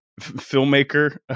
filmmaker